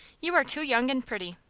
you are too young and pretty.